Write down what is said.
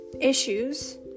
issues